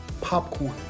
Popcorn